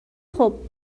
خوب